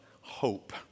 hope